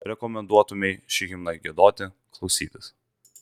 rekomenduotumei šį himną giedoti klausytis